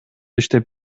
иштеп